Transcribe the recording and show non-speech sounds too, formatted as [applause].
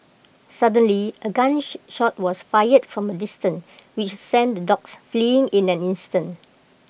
suddenly A gun [noise] shot was fired from A distance which sent the dogs fleeing in an instant